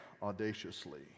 audaciously